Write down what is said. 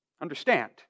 Understand